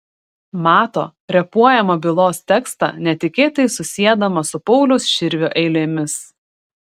mato repuojamą bylos tekstą netikėtai susiedamas su pauliaus širvio eilėmis